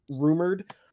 rumored